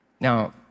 Now